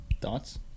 Thoughts